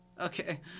Okay